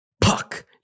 Puck